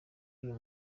uyu